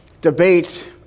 debate